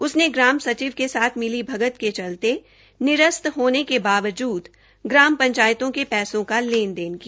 उसने ग्राम सचिव के साथ मिलीभगत के चलते निरस्त होने के बावजूद ग्राम पंचायतों के पैसों का लेन देन किया